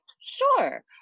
sure